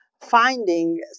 finding